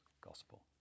gospel